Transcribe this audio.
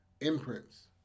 imprints